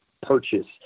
purchase